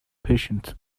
patient